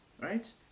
right